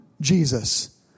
Jesus